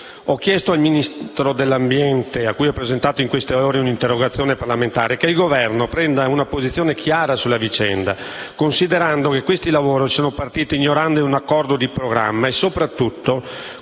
Ho chiesto al Ministro dell'ambiente - cui ho presentato in queste ore un'interrogazione parlamentare - che il Governo prenda una posizione chiara sulla vicenda, considerando che questi lavori sono partiti ignorando un accordo di programma e, soprattutto,